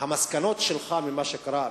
המסקנות שלך ממה שקרה,